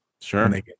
sure